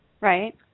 Right